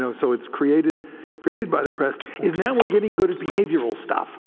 so so it's created created by the press is now we're getting good at behavioral stuff.